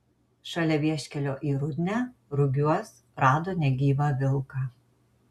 šalia vieškelio į rudnią rugiuos rado negyvą vilką